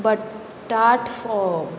बटाट फोव